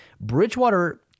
Bridgewater